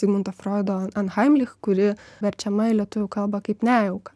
zigmundo froido anhaimlik kuri verčiama į lietuvių kalbą kaip nejauka